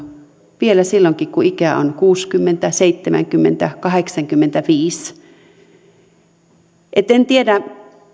vielä silloinkin kun ikää on kuusikymmentä seitsemänkymmentä kahdeksankymmentäviisi en tiedä